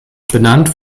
benannt